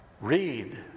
Read